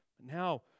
Now